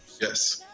Yes